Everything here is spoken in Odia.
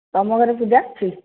ତମ ଘରେ ପୂଜା ଅଛି